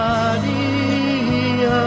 Maria